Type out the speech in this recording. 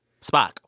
Spock